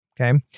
okay